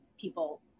people